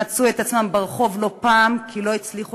ומצאו את עצמם ברחוב לא פעם כי לא הצליחו